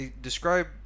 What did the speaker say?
describe